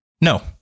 No